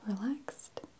relaxed